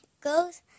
goes